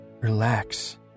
Relax